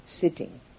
sitting